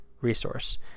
resource